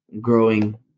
growing